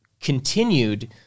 continued